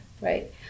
right